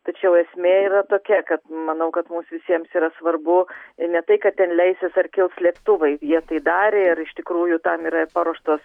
tačiau esmė yra tokia kad manau kad mums visiems yra svarbu ne tai kad ten leisis ar kils lėktuvai jie tai darė ir iš tikrųjų tam yra ir paruoštos